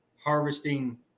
harvesting